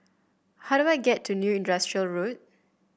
how do I get to New Industrial Road